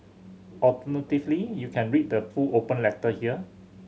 alternatively you can read the full open letter here